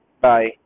Bye